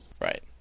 Right